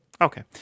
Okay